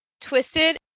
twisted